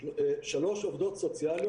שלוש עובדות סוציאליות.